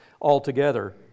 altogether